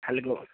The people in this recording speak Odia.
ଖାଲି ମ